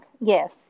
yes